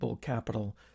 capital